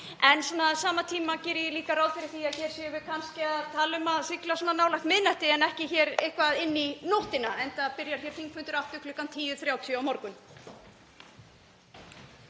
En á sama tíma geri ég líka ráð fyrir því að hér séum við kannski að tala um að sigla svona nálægt miðnætti en ekki eitthvað inn í nóttina, enda byrjar hér þingfundur aftur klukkan 10:30 á morgun.